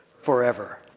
forever